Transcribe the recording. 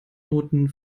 noten